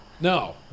No